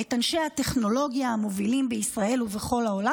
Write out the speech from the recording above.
את אנשי הטכנולוגיה המובילים בישראל ובכל העולם,